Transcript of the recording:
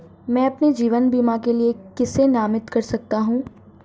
मैं अपने जीवन बीमा के लिए किसे नामित कर सकता हूं?